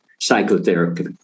psychotherapy